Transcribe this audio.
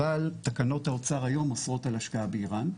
אבל תקנות האוצר היום אוסרות על השקעה באיראן,